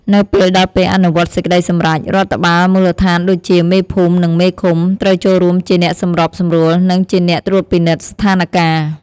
នៅពេលដល់ពេលអនុវត្តន៍សេចក្ដីសម្រេច រដ្ឋបាលមូលដ្ឋានដូចជា មេភូមិ និងមេឃុំ ត្រូវចូលរួមជាអ្នកសម្របសម្រួល និងជាអ្នកត្រួតពិនិត្យស្ថានការណ៍។